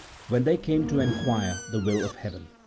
when they came to enquire the will of heaven.